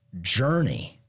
journey